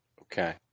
Okay